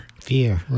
Fear